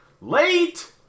Late